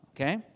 okay